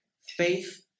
Faith